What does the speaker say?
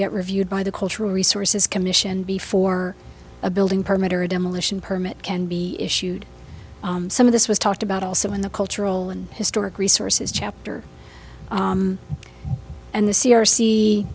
get reviewed by the cultural resources commission before a building permit or a demolition permit can be issued some of this was talked about also in the cultural and historic resources chapter and the c